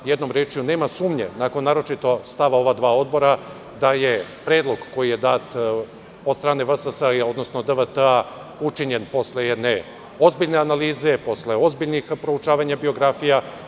Jednom rečju, nema sumnje, naročito nakon stava ova dva odbora, da je predlog koji je dat od strane VSS odnosno DVT učinjen posle jedne ozbiljne analize, posle ozbiljnih proučavanja biografija.